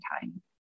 time